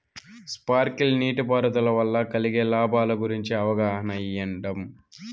Sprinkle నీటిపారుదల వల్ల కలిగే లాభాల గురించి అవగాహన ఇయ్యడం?